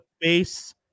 base